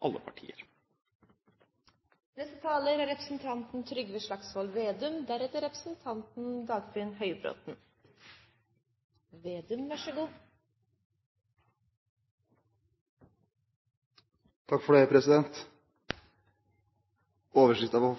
alle partier. I overskriften til